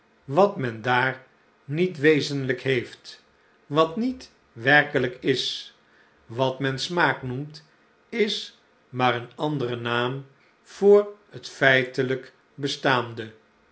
wat men daar niet wezenlijk heeft wat niet werkelijk is wat men smaak noemt is maar een andere naam voor het feitelijk bestaande